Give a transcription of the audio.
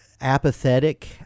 apathetic